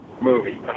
movie